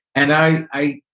and i, i,